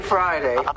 Friday